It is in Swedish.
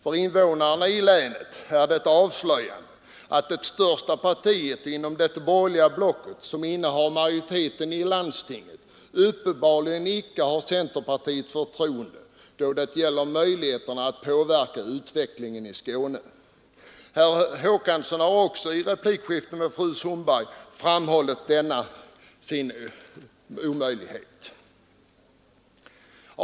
För invånarna i länet är det avslöjande att det största partiet inom det borgerliga blocket, som innehar majoriteten i landstinget, uppenbarligen icke har förtroende för sina egna representanter då det gäller möjligheterna att påverka utvecklingen i Skåne. Herr Håkansson har också i ett replikskifte med fru Sundberg framhållit att detta är omöjligt.